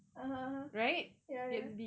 (uh huh) (uh huh) ya ya